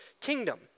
kingdom